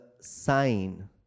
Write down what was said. sign